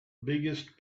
biggest